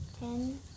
Ten